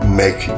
make